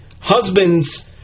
husband's